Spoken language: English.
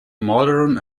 modern